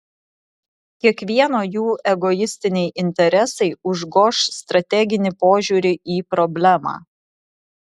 kiekvieno jų egoistiniai interesai užgoš strateginį požiūrį į problemą